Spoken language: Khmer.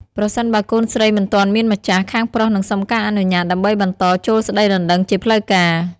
ប្រសិនបើកូនស្រីមិនទាន់មានម្ចាស់ ខាងប្រុសនឹងសុំការអនុញ្ញាតដើម្បីបន្តចូលស្តីដណ្តឹងជាផ្លូវការ។